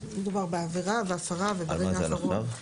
מדובר בעבירה והפרה וברגע האחרון.